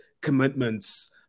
commitments